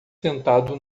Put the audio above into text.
sentado